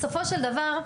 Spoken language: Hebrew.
בסופו של דבר,